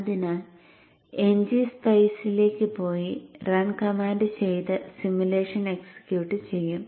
അതിനാൽ ngSpice ലേക്ക് പോയി റൺ കമാൻഡ് ചെയ്ത് സിമുലേഷൻ എക്സിക്യൂട്ട് ചെയ്യും